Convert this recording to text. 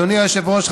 אדוני היושב-ראש,